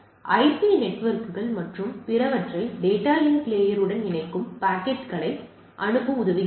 இது ஐபி நெட்வொர்க்குகள் மற்றும் பிறவற்றை டேட்டா லிங்க் லேயர் உடன் இணைக்கும் பாக்கெட்டுகளை அனுப்ப உதவுகிறது